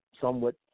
somewhat